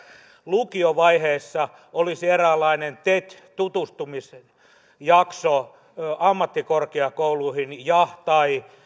lukiovaiheessa olisi eräänlainen tet tutustumisjakso ammattikorkeakouluihin ja tai